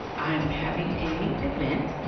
i'm having a event,